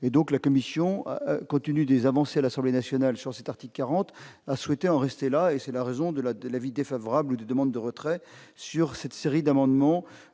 et donc la Commission continue des avancées à l'Assemblée nationale sur cet article 40 a souhaité en rester là et c'est la raison de la, de l'avis défavorable de demandes de retrait sur cette série d'amendements